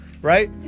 right